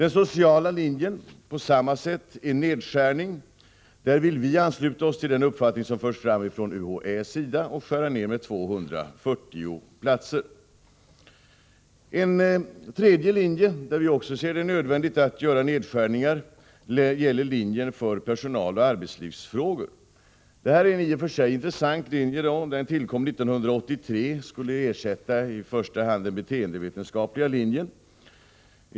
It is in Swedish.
På samma sätt är det med den sociala linjen: en nedskärning. Där vill vi ansluta oss till den uppfattning som förts fram av UHÄ och skära ner med 240 platser. En tredje linje där vi också ser det nödvändigt att göra nedskärningar är linjen för personaloch arbetslivsfrågor. Detta är i och för sig en intressant linje. Den tillkom 1983 och skulle i första hand ersätta den beteendevetenskapliga linjen.